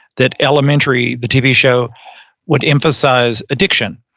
that elementary, the tv show would emphasize addiction.